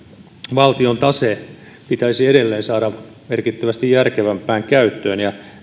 valtion tase pitäisi saada edelleen merkittävästi järkevämpään käyttöön ja tähän